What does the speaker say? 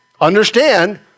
understand